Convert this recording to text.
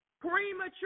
Premature